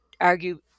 argue